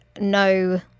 no